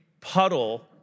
puddle